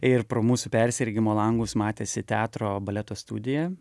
ir pro mūsų persiregimo langus matėsi teatro baleto studija